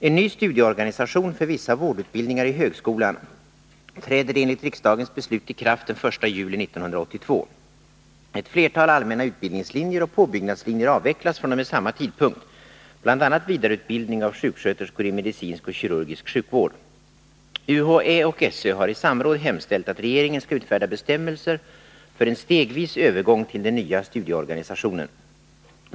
Universitetsoch högskoleämbetet och skolöverstyrelsen har i samråd hemställt att regeringen skall utfärda bestämmelser för en stegvis övergång till den nya studieorganisationen.